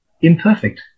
imperfect